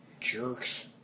Jerks